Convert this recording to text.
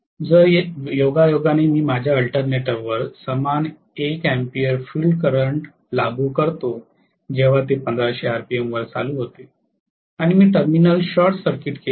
जर योगायोगाने मी माझ्या अल्टरनेटरवर समान 1 अँपिअर फील्ड करंट लागू करतो जेव्हा ते 1500 आरपीएम वर चालू होते आणि मी टर्मिनल शॉर्ट सर्किट केले आहेत